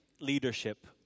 leadership